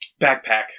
backpack